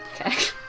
Okay